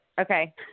Okay